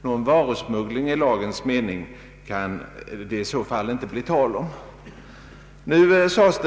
Någon varusmuggling i lagens mening kan det i så fall inte bli tal om.